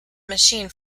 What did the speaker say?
machine